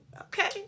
Okay